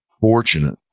fortunate